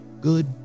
good